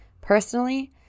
Personally